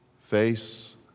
Face